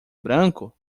branco